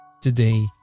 Today